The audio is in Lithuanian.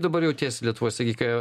dabar jautiesi lietuvoj sakyk